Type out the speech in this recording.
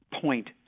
point